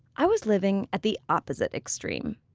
i was living at the opposite extreme.